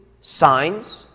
signs